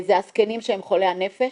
זה הזקנים חולי הנפש.